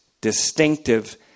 distinctive